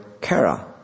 kara